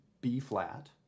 B-flat